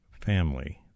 family